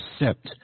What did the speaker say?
accept